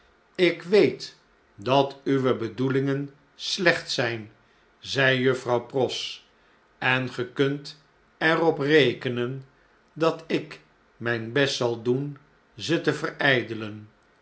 lk weet dat uwe bedoelingen slecht zjjn zei juffrouw pross en ge kunt er op rekenen dat ik mijn best zal doen ze te very